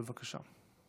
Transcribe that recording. בבקשה.